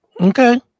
okay